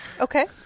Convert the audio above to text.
Okay